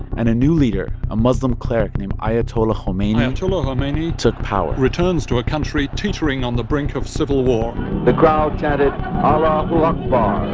and a new leader, a muslim cleric named ayatollah khomeini. ayatollah khomeini. took power. returns to a country teetering on the brink of civil war the crowd chanted allahu akbar,